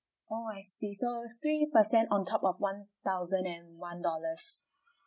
orh I see so three percent on top of one thousand and one dollars